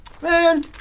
Man